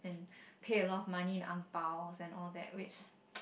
and pay a lot of money in ang-baos and all that which